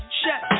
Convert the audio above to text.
chef